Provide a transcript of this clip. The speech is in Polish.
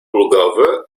ulgowy